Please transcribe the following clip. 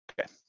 okay